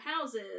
houses